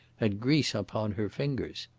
had grease upon her fingers.